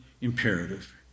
imperative